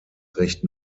recht